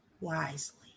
wisely